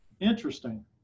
interesting